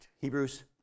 Hebrews